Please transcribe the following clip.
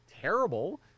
terrible